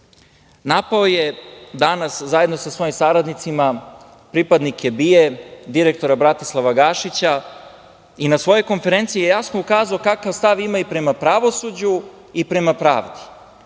je danas, zajedno sa svojim saradnicima pripadnike BIA, direktora Bratislava Gašića, i na svojoj konferenciji je jasno ukazao kakav stav ima i prema pravosuđu i prema pravdi.